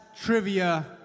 trivia